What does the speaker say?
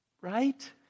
Right